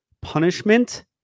punishment